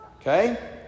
Okay